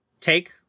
take